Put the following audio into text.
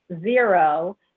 zero